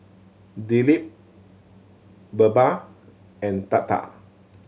Dilip Birbal and Tata